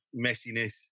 messiness